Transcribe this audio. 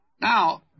Now